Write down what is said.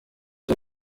cya